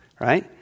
right